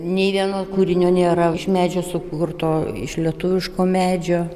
nei vieno kūrinio nėra iš medžio sukurto iš lietuviško medžio